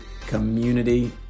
Community